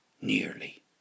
Nearly